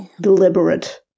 deliberate